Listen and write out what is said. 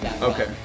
okay